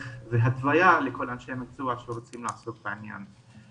והתוויה לכל אנשי המקצוע שרוצים לעסוק בעניין.